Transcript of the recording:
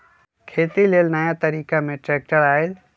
खेती लेल नया तरिका में ट्रैक्टर आयल